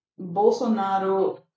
Bolsonaro